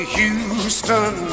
Houston